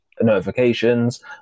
notifications